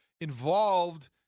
involved